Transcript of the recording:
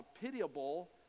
pitiable